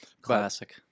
Classic